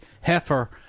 heifer